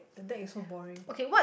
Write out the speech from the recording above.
the deck is so boring